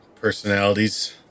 personalities